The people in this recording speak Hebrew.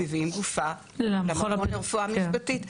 מביאים גופה למכון לרפואה משפטית.